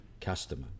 customer